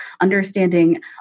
understanding